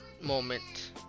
moment